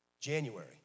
January